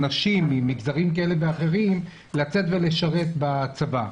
אנשים ממגזרים כאלה ואחרים לצאת ולשרת בצבא.